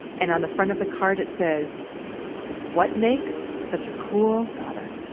and on the front of the card it says what makes such a cool daughter?